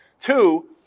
two